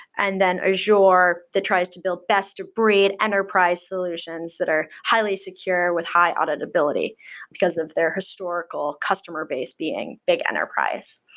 and then ah azure that tries to build best-of-breed enterprise solutions that are highly secure with high auditability because of their historical customer base being big enterprise.